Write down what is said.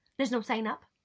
there's no sign up.